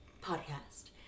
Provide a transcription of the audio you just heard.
podcast